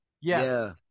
yes